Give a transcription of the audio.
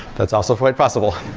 that's also quite possible.